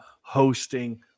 hosting